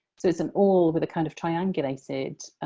so, it's an awl with a kind of triangulated